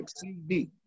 CD